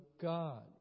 God